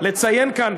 לציין כאן,